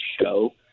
show